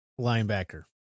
Linebacker